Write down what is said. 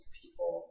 people